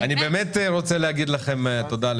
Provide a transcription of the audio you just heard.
באמת רוצה להגיד לכם תודה,